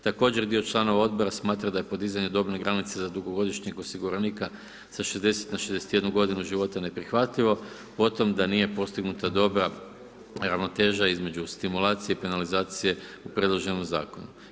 Također dio članova Odbora smatra da je podizanje dobne granice za dugogodišnjeg osiguranika sa 60 na 61 godinu života, neprihvatljivo, potom da nije postignuta dobra ravnoteža između stimulacije i penalizacije u predloženom Zakonu.